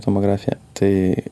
tomografija tai